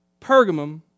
Pergamum